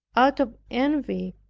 out of envy,